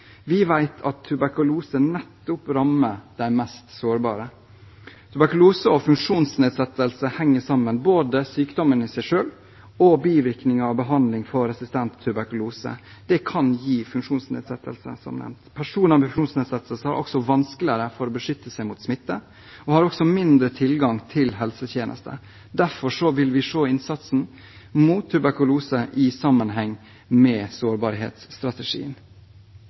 Vi vet at tuberkulose rammer nettopp de mest sårbare. Tuberkulose og funksjonsnedsettelse henger sammen. Både sykdommen i seg selv og bivirkningene av behandlingen av resistent tuberkulose kan som nevnt gi funksjonsnedsettelse. Personer med funksjonsnedsettelse har også vanskeligere for å beskytte seg mot smitte og har også mindre tilgang til helsetjenester. Derfor vil vi se innsatsen mot tuberkulose i sammenheng med sårbarhetsstrategien.